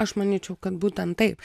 aš manyčiau kad būtent taip